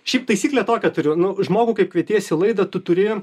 šiaip taisyklę tokią turiu nu žmogų kai kvietiesi laidą tu turi